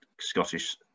Scottish